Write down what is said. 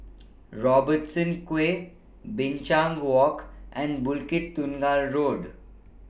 Robertson Quay Binchang Walk and Bukit Tunggal Road